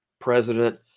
president